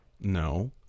no